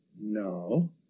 no